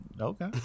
Okay